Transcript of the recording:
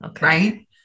Right